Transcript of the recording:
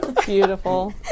Beautiful